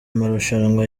marushanwa